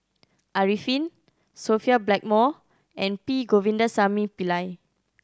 Arifin Sophia Blackmore and P Govindasamy Pillai